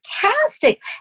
fantastic